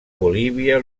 bolívia